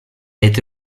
été